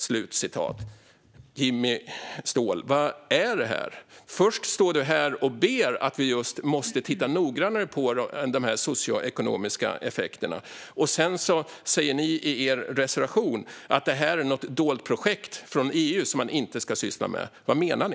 Vad är det här, Jimmy Ståhl? Först står du här och ber att vi just ska titta noggrannare på de socioekonomiska effekterna, och sedan säger ni i er reservation att det här är något dolt projekt från EU som man inte ska syssla med. Vad menar ni?